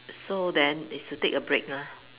so then is to take a break lah